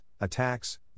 attacks